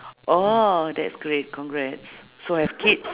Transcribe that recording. oh that's great congrats so have kids